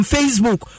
Facebook